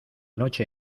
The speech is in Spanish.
noche